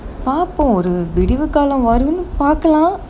பாப்போம் ஒரு விடிவு காலம் வரும்னு பாக்கலாம்:paapom oru vidivu kaalam varumnu paakalaam